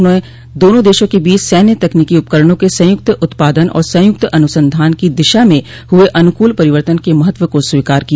उन्होंने दोनों देशों के बीच सैन्य तकनीकी उपकरणों के संयुक्त उत्पादन और संयुक्त अनुसंधान की दिशा में हुए अनुकूल परिवर्तन के महत्व को स्वीकार किया